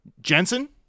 Jensen